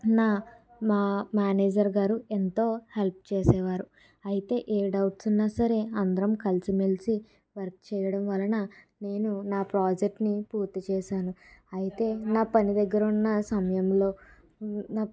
నా మా మేనేజరు గారు ఎంతో హెల్ప్ చేసేవారు అయితే ఏ డౌట్స్ ఉన్న సరే అందరం కలిసి మెలసి వర్క్ చేయడం వలన నేను నా ప్రాజెక్టు ని పూర్తిచేశాను అయితే నా పని దగ్గర ఉన్న సమయంలో